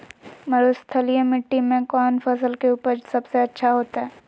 मरुस्थलीय मिट्टी मैं कौन फसल के उपज सबसे अच्छा होतय?